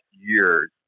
years